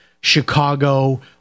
Chicago